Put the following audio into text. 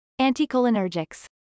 Anticholinergics